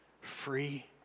free